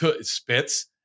spits